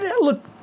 look